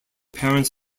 parents